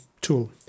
tool